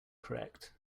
correct